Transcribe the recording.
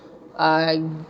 uh